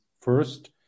first